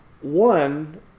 One